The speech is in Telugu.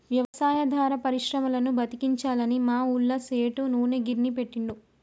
వ్యవసాయాధార పరిశ్రమలను బతికించాలని మా ఊళ్ళ సేటు నూనె గిర్నీ పెట్టిండు